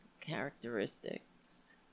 characteristics